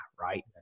Right